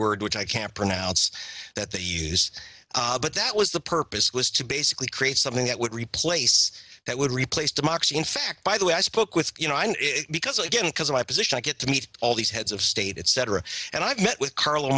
word which i can't pronounce that they used but that was the purpose was to basically create something that would replace that would replace democracy in fact by the way i spoke with you know because again because of my position i get to meet all these heads of state etc and i've met with carl